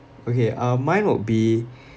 okay uh mine would be